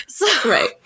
Right